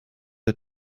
der